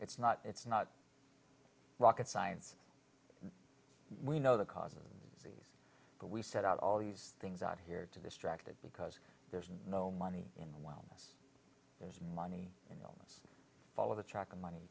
it's not it's not rocket science we know the cause but we set out all these things out here to distract it because there's no money in what there's money in the fall of the truck and money